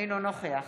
אינו נוכח